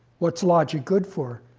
what's logic good for?